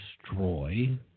destroy